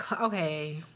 Okay